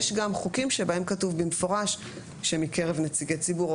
יש גם חוקים שבהם כתוב במפורש שמקרב נציגי ציבור או